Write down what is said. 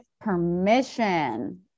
permission